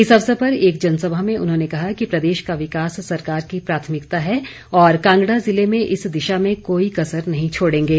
इस अवसर पर एक जनसभा में उन्होंने कहा कि प्रदेश का विकास सरकार की प्राथमिकता है और कांगड़ा जिले में इस दिशा में कोई कसर नहीं छोड़ेंगे